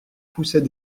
poussait